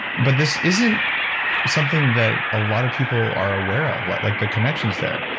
but this isn't something that a lot of people are aware of like like the connections there.